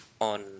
on